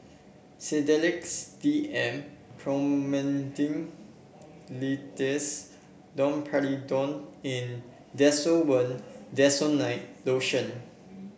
Sedilix D M Promethazine Linctus Domperidone and Desowen Desonide Lotion